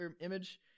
image